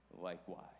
likewise